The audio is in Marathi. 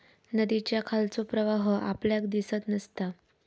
नदीच्या खालचो प्रवाह आपल्याक दिसत नसता